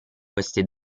queste